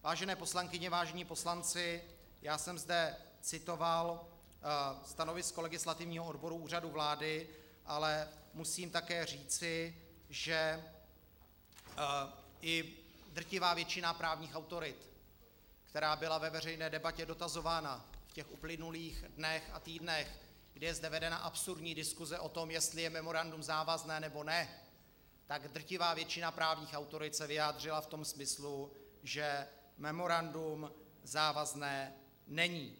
Vážené poslankyně, vážení poslanci, já jsem zde citoval stanovisko legislativního odboru Úřadu vlády, ale musím také říci, že i drtivá většina právních autorit, která byla ve veřejné debatě dotazována v těch uplynulých dnech a týdnech, kdy je zde vedena absurdní diskuse o tom, jestli je memorandum závazné, nebo ne, se vyjádřila v tom smyslu, že memorandum závazné není.